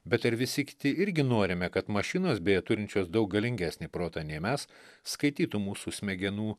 bet ir visi kiti irgi norime kad mašinos beje turinčios daug galingesnį protą nei mes skaitytų mūsų smegenų